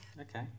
Okay